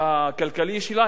היא לא יכולה לעשות את זה.